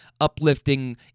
uplifting